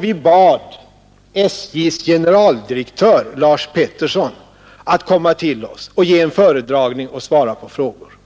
Vi bad också SJ:s generaldirektör, Lars Peterson, att komma till oss och göra en föredragning och svara på frågor.